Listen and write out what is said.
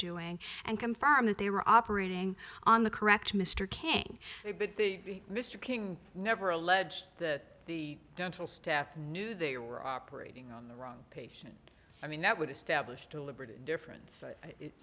doing and confirm that they were operating on the correct mr king mr king never alleged that the dental step knew they were operating on the wrong patient i mean that would establish deliberate difference